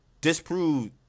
Disprove